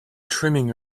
trimming